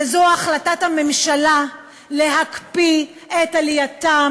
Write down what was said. וזאת החלטת הממשלה להקפיא את עלייתם